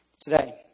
today